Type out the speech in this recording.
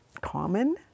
common